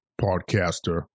podcaster